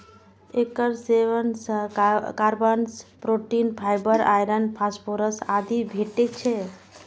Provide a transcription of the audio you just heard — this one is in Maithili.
एकर सेवन सं carbs, protein, fibre, iron, phosphorus आदि भेटै छै